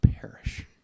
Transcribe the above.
perish